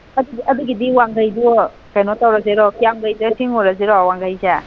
ꯑꯗꯨꯒꯤꯗꯤ ꯋꯥꯡꯈꯩꯗꯨ ꯀꯩꯅꯣ ꯇꯧꯔꯁꯤꯔꯣ ꯀꯤꯌꯥꯝꯒꯩꯗ ꯁꯤꯡꯉꯨꯔꯁꯤꯔꯣ ꯋꯥꯡꯈꯩꯁꯦ